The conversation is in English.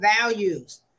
values